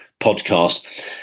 podcast